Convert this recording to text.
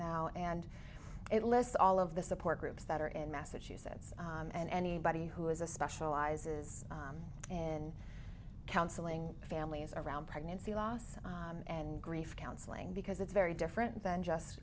now and it lists all of the support groups that are in massachusetts and anybody who has a specializes in counseling families around pregnancy loss and grief counseling because it's very different than just